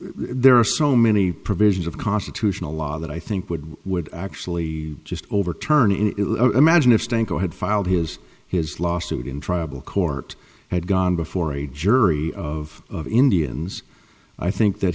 there are so many provisions of constitutional law that i think would would actually just overturn in imagine if stanko had filed his his lawsuit in tribal court had gone before a jury of indians i think that